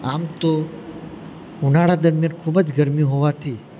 આમ તો ઉનાળા દરમિયાન ખૂબ જ ગરમી હોવાથી